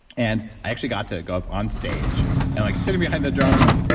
and i actually got to go up on stage and like sitting behind the drums,